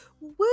Woo